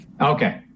Okay